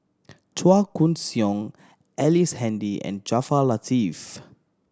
Chua Koon Siong Ellice Handy and Jaafar Latiff